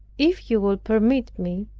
if you will permit me,